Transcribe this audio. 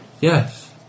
Yes